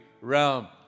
realm